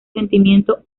sentimiento